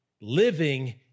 living